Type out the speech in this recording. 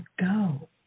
go